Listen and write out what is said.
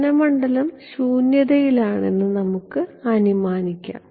പതന മണ്ഡലം ശൂന്യതയിലാണെന്ന് നമുക്ക് അനുമാനിക്കാം